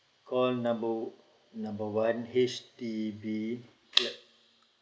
call number number one H_D_B